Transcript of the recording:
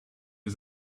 his